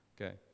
Okay